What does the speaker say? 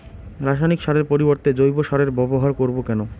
রাসায়নিক সারের পরিবর্তে জৈব সারের ব্যবহার করব কেন?